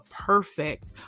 perfect